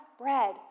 bread